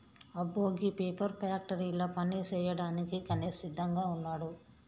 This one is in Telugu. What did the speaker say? అబ్బో గీ పేపర్ ఫ్యాక్టరీల పని సేయ్యాడానికి గణేష్ సిద్దంగా వున్నాడు